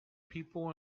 people